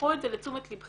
קחו את זה לתשומת לבכם,